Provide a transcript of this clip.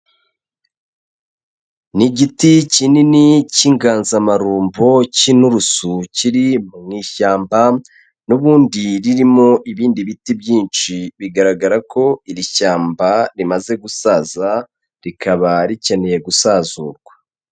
Ni igiti kinini cy'inganzamarumbo cy'inturusu kiri mu ishyamba n'ubundi ririmo ibindi biti byinshi, bigaragara ko iri shyamba rimaze gusaza rikaba rikeneye gusazurwa.